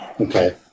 Okay